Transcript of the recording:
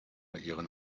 ihren